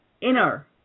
inner